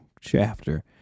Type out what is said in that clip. chapter